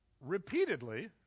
repeatedly